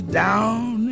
down